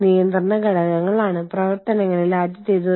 അതിനാൽ നിങ്ങൾ ഇത് എങ്ങനെ കൈകാര്യം ചെയ്യും